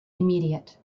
immediate